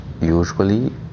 usually